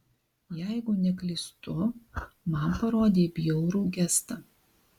jeigu neklystu man parodei bjaurų gestą